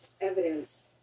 evidence